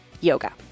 yoga